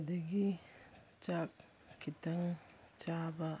ꯑꯗꯒꯤ ꯆꯥꯛ ꯈꯤꯇꯪ ꯆꯥꯕ